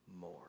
more